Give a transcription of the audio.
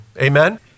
Amen